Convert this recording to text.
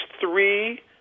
three